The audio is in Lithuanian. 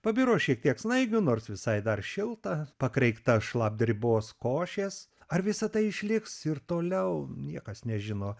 pabiro šiek tiek snaigių nors visai dar šilta pakreikta šlapdribos košės ar visa tai išliks ir toliau niekas nežino